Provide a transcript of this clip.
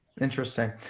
interesting.